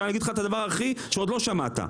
אני אגיד לך דבר שעוד לא שמעת.